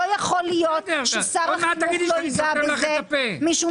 לא יכול להיות ששר החינוך לא ייגע בזה משום